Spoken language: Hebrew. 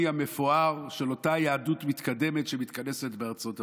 המפואר של אותה יהדות מתקדמת שמתכנסת בארצות הברית.